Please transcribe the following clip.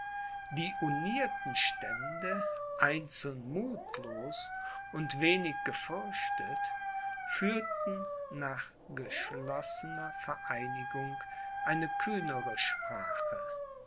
die unierten stände einzeln muthlos und wenig gefürchtet führten nach geschlossener vereinigung eine kühnere sprache